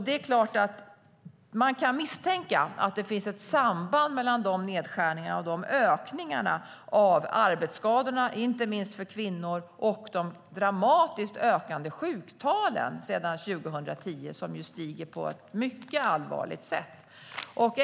Det är klart att man kan misstänka att det finns ett samband mellan de nedskärningarna och ökningen av arbetsskadorna, inte minst när det gäller kvinnor, och de dramatiskt ökande sjuktalen sedan 2010 - de stiger på ett mycket allvarligt sätt.